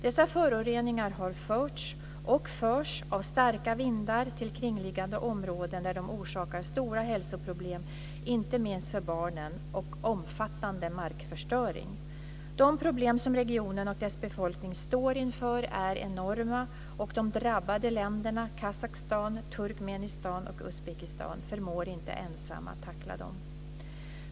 Dessa föroreningar har förts och förs av starka vindar till kringliggande områden, där de orsakar stora hälsoproblem, inte minst för barnen, och omfattande markförstöring. De problem som regionen och dess befolkning står inför är enorma, och de drabbade länderna Kazakstan, Turkmenistan och Uzbekistan förmår inte att ensamma tackla dem.